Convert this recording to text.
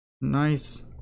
Nice